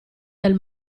del